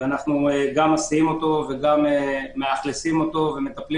אנחנו גם מסיעים אותו וגם מאכלסים אותו ומטפלים